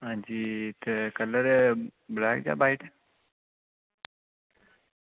आं जी ते कलर ब्लैक जां व्हाईट